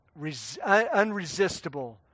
unresistible